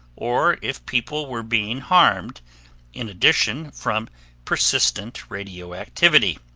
or if people were being harmed in addition from persistent radioactivity.